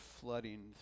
flooding